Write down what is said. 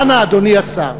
אנא, אדוני השר,